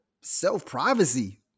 self-privacy